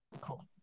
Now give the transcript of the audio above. Cool